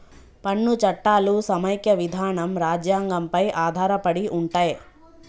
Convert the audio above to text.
పన్ను చట్టాలు సమైక్య విధానం రాజ్యాంగం పై ఆధారపడి ఉంటయ్